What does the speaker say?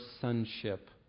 sonship